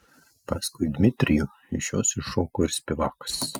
paskui dmitrijų iš jos iššoko ir spivakas